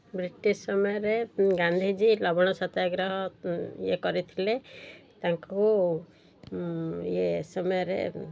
British ସମୟରେ ଗାନ୍ଧୀଜୀ ଲବଣ ସତ୍ୟାଗ୍ରହ ଇଏ କରିଥିଲେ ତାଙ୍କୁ ଇଏ ସମୟରେ